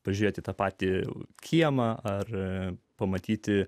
pažiūrėti tą patį kiemą ar pamatyti